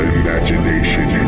imagination